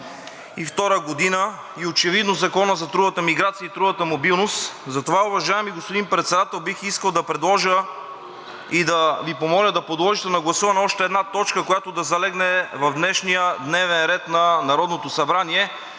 за 2022 г. и очевидно Закона за трудовата миграция и трудовата мобилност. Затова, уважаеми господин Председател, бих искал да предложа и да Ви помоля да подложите на гласуване още една точка, която да залегне в днешния дневен ред на Народното събрание.